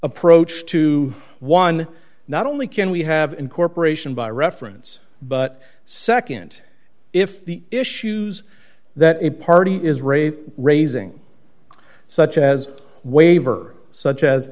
approach to one not only can we have incorporation by reference but nd if the issues that a party is raise raising such as waiver such as